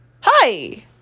hi